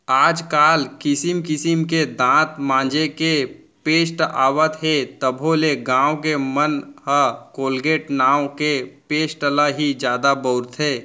आज काल किसिम किसिम के दांत मांजे के पेस्ट आवत हे तभो ले गॉंव के मन ह कोलगेट नांव के पेस्ट ल ही जादा बउरथे